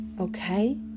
Okay